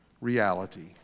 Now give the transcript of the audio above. reality